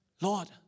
Lord